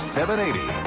780